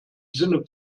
sinne